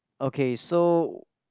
okay so